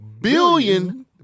billion